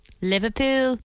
Liverpool